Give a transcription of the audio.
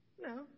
No